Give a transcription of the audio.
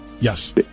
Yes